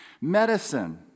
Medicine